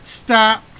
stop